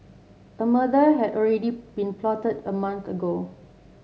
a murder had already been plotted a month ago